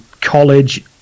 college